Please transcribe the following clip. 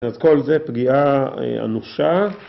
‫אז כל זה פגיעה אה, אנושה.